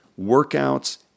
workouts